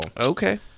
Okay